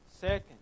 Second